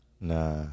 Nah